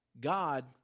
God